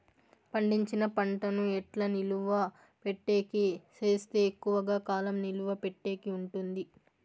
పండించిన పంట ను ఎట్లా నిలువ పెట్టేకి సేస్తే ఎక్కువగా కాలం నిలువ పెట్టేకి ఉంటుంది?